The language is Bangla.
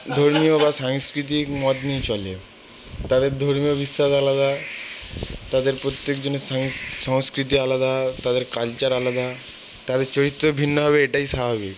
ধর্মীয় বা সাংস্কৃতিক মত নিয়ে চলে তাদের ধর্মীয় বিশ্বাস আলাদা তাদের প্রত্যেক জনের সংস্কৃতি আলাদা তাদের কালচার আলাদা তাদের চরিত্র ভিন্ন হবে এটাই স্বাভাবিক